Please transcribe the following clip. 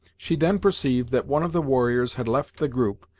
she then perceived that one of the warriors had left the group,